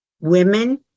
Women